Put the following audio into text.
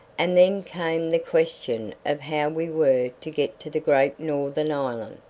and then came the question of how we were to get to the great northern island,